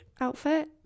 outfit